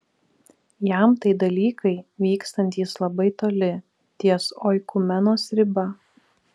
jam tai dalykai vykstantys labai toli ties oikumenos riba